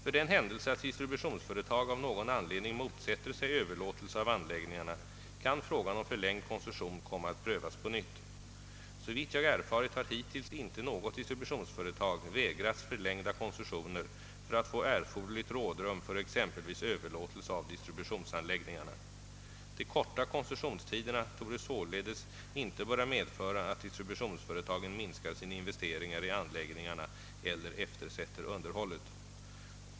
För den händelse att distributionsföretag av någon anledning motsätter sig överlåtelse av anläggningarna kan frågan om förlängd koncession komma att prövas på nytt. Såvitt jag erfarit har hittills inte något distributionsföretag vägrats förlängda koncessioner för att få erforderligt rådrum för exempelvis överlåtelse av distributionsanläggningarna, De korta koncessionstiderna torde således inte böra medföra att distributionsföretagen minskar sina investeringar i anläggningarna eller eftersätter underhållet.